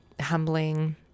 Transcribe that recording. humbling